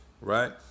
right